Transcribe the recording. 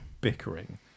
bickering